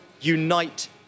unite